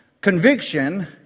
conviction